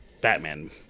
Batman